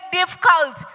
difficult